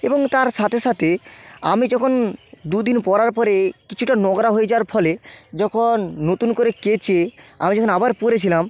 এবং তার সাথে সাথে আমি যখন দুদিন পরার পরে কিছুটা নোংরা হয়ে যাওয়ার ফলে যখন নতুন করে কেচে আমি যখন আবার পরেছিলাম